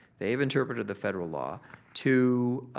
they've interpreted the federal law to